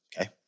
okay